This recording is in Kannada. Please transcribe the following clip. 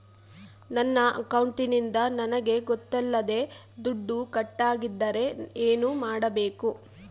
ನನ್ನ ಅಕೌಂಟಿಂದ ನನಗೆ ಗೊತ್ತಿಲ್ಲದೆ ದುಡ್ಡು ಕಟ್ಟಾಗಿದ್ದರೆ ಏನು ಮಾಡಬೇಕು?